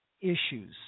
issues